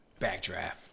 backdraft